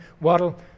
Waddle